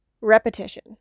repetition